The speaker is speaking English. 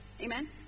Amen